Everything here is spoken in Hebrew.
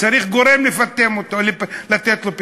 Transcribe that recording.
צריך גורם לפטם אותו, לתת לו פיטום.